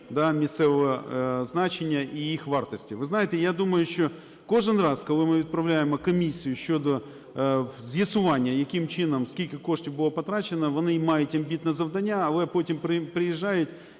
місцевого значення і їх вартості. Ви знаєте, я думаю, що кожен раз, коли ми відправляємо комісію щодо з'ясування, яким чином, скільки коштів було потрачено, вони мають амбітне завдання, але потім приїжджають